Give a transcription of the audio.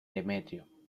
demetrio